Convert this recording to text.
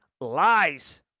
lies